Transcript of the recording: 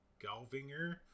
Galvinger